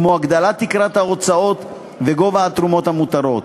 כמו הגדלת תקרת ההוצאות וגובה התרומות המותרות.